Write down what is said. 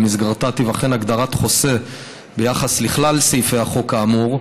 ובמסגרתה תיבחן הגדרת חוסה ביחס לכלל סעיפי החוק האמור.